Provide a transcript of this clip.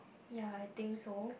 ya I think so